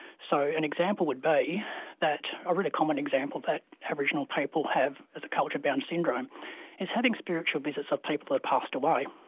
so an example would be that, a really common example that aboriginal people have as a culture-bound syndrome is having spiritual visits of people who've passed away.